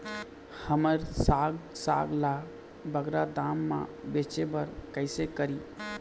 हमर साग साग ला बगरा दाम मा बेचे बर कइसे करी?